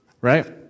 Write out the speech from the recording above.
Right